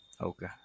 Okay